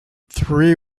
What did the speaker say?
three